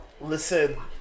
Listen